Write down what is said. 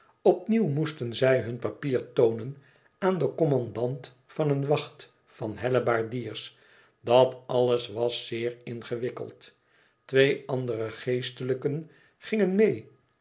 op nieuw moesten zij hun papier toonen aan den commandant van een wacht van helle baardiers dat alles was zeer ingewikkeld twee andere geestelijken gingen meê